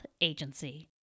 Agency